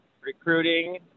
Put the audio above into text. recruiting